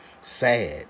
Sad